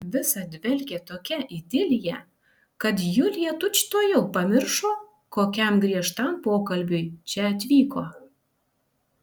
visa dvelkė tokia idilija kad julija tučtuojau pamiršo kokiam griežtam pokalbiui čia atvyko